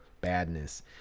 badness